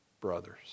brothers